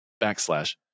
backslash